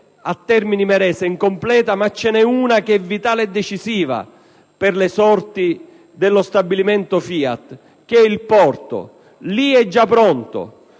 di Termini Imerese è incompleta, ma c'è un'opera che è vitale e decisiva per le sorti dello stabilimento FIAT ed è il porto, che è già pronto;